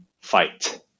fight